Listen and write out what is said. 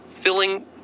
filling